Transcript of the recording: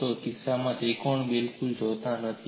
તમે આ કિસ્સામાં ત્રિકોણ બિલકુલ જોતા નથી